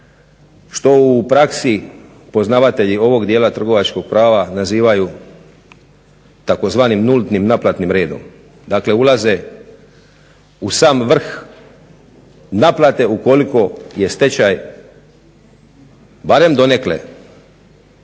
što u praksi poznavatelji ovog dijela trgovačkog prava nazivaju tzv. nultnim naplatnim redom, dakle ulaze u sam vrh naplate ukoliko je stečaj barem donekle